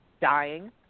dying